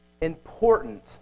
important